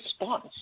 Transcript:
response